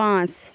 পাঁচ